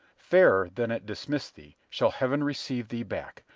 fairer than it dismissed thee, shall heaven receive thee back,